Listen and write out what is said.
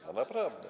Naprawdę.